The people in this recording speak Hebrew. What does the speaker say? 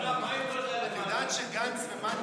את יודעת שגנץ ומנדלבליט,